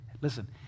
Listen